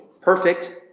perfect